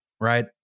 right